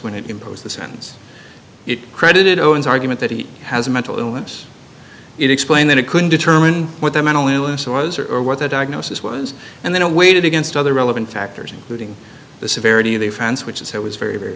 when it imposed the sentence it credited owens argument that he has a mental illness it explained that it couldn't determine what their mental illness was or what the diagnosis was and then awaited against other relevant factors including the severity of the france which is it was very very